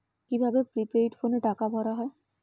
কি ভাবে প্রিপেইড ফোনে টাকা ভরা হয়?